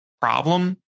problem